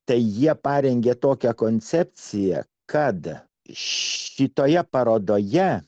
tai jie parengė tokią koncepciją kad šitoje parodoje